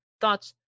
thoughts